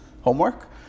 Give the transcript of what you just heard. homework